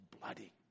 bloody